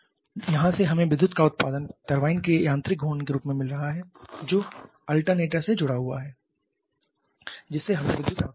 यहां से हमें विद्युत का उत्पादन टरबाइन के यांत्रिक घूर्णन के रूप में मिल रहा है जो किअल्टरनेटर से जुड़ा हुआ है जिससे हमें विद्युत आउटपुट मिल रहा है